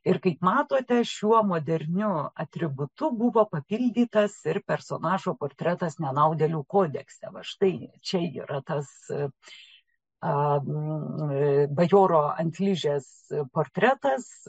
ir kaip matote šiuo moderniu atributu buvo papildytas ir personažo portretas nenaudėlių kodekse va štai čia yra tas bajoro ant ližės portretas